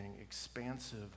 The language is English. expansive